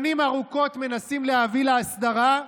שנים ארוכות מנסים להביא להסדרה,